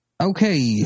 Okay